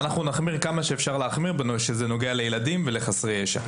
אנחנו נחמיר כמה שאפשר להחמיר כשזה נוגע לילדים ולחסרי ישע.